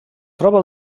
troba